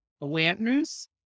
awareness